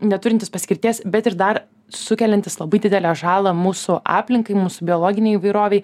neturintis paskirties bet ir dar sukeliantis labai didelę žalą mūsų aplinkai mūsų biologinei įvairovei